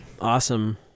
awesome